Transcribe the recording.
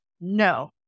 No